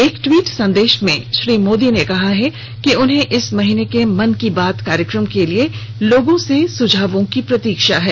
एक ट्वीट संदेश में श्री मोदी ने कहा है उन्हें इस महीने के मन की बात कार्यक्रम के लिए लोगों से सुझावों की प्रतीक्षा है